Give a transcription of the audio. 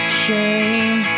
shame